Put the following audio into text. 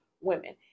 women